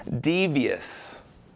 devious